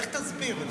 איך תסביר את זה?